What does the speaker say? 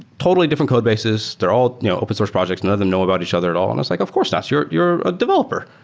totally different codebases. they're all new open source projects. none of them know about each other at all? and like, of course, you're you're a developer.